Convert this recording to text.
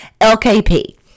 LKP